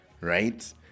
right